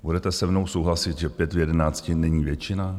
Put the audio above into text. Budete se mnou souhlasit, že pět z jedenácti není většina?